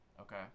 Okay